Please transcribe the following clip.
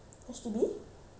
town council